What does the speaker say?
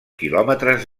quilòmetres